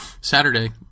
Saturday